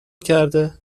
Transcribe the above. کرده